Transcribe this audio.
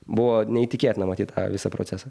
buvo neįtikėtina matyt visą procesą